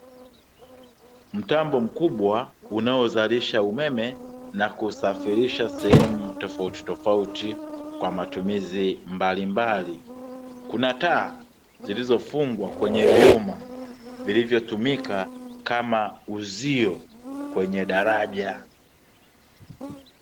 Mtambo mkubwa unaozalisha umeme na kusafirisha sehemu tofauti tofauti kwa matumizi mbalimbali, kuna taa zilizofungwa kwenye vyuma zilizotumika kama uzio kwenye daraja.